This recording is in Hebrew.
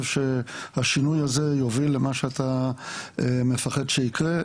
שהשינוי הזה יוביל למה שאתה מפחד שיקרה.